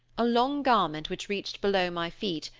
a long garment which reached below my feet,